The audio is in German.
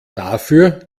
dafür